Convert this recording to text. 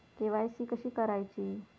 KYC कशी करायची?